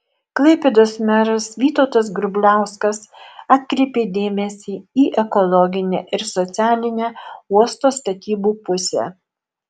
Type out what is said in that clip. klaipėdos meras vytautas grubliauskas atkreipė dėmesį į ekologinę ir socialinę uosto statybų pusę